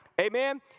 Amen